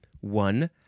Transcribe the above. One